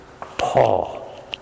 Paul